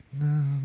No